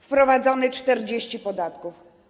Wprowadzono 40 podatków.